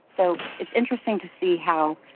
so it's interesting to see how,